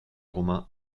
romain